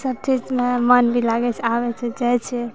सभचीजमे मन भी लागै छै आबै छै जाइ छै